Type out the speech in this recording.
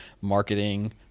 marketing